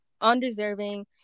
undeserving